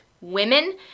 women